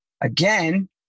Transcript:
again